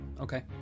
Okay